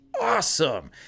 Awesome